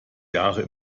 jahren